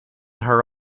her